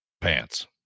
pants